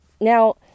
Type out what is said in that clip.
Now